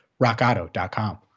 rockauto.com